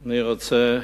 אני רוצה